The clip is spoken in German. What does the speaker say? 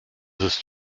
ist